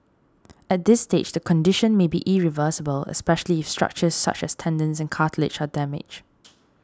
at this stage the condition may be irreversible especially if structures such as tendons and cartilage her damaged